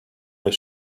his